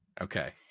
Okay